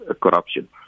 corruption